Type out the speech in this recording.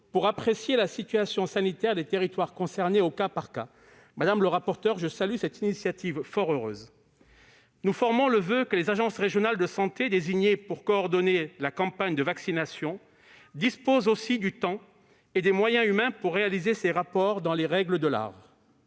pour apprécier la situation sanitaire des territoires concernés, au cas par cas. Je salue cette initiative fort heureuse. Nous formons le voeu que les agences régionales de santé désignées pour coordonner la campagne de vaccination disposent aussi du temps et des moyens humains pour réaliser ces rapports dans les règles de l'art.